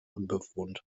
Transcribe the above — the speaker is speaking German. unbewohnt